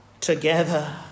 together